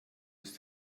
ist